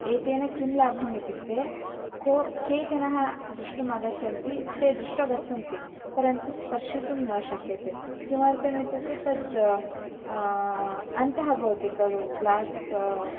एतेन किं लाभः इत्युक्ते के के जनाः द्रष्टुम् आगच्छन्ति ते दृष्ट्वा गच्छन्ति परन्तु स्पर्शितुं न शक्यते किमर्थम् इत्युक्ते तद् अन्तः भवति खलु ग्लास्